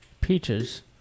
Peaches